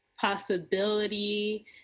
possibility